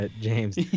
James